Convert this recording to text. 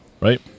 right